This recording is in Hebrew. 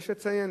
יש לציין